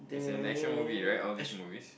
it's an action movie right all these movies